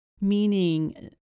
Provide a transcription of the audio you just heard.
Meaning